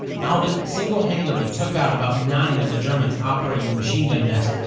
alvin single-handedly took out about nine of the germans operating the machine gun nest.